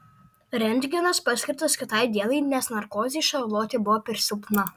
rentgenas paskirtas kitai dienai nes narkozei šarlotė buvo per silpna